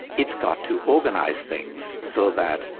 it's got to organise things so that,